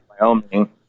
Wyoming